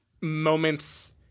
moments